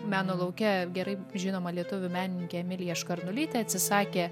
meno lauke gerai žinoma lietuvių menininkė emilija škarnulytė atsisakė